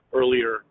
earlier